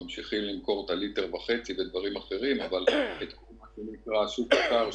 הם ממשיכים למכור את הליטר וחצי ודברים אחרים אבל מה שנקרא השוק הקר,